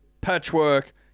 Patchwork